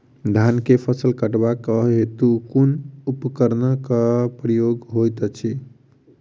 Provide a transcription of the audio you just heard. धान केँ फसल कटवा केँ हेतु कुन उपकरणक प्रयोग होइत अछि?